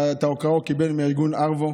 את ההוקרה הוא קיבל מארגון ARVO,